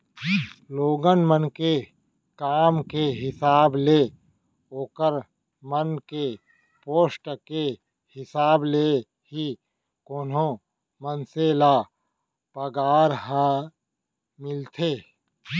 लोगन मन के काम के हिसाब ले ओखर मन के पोस्ट के हिसाब ले ही कोनो मनसे ल पगार ह मिलथे